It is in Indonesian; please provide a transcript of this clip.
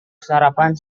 sarapan